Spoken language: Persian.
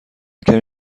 کمی